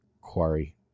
quarry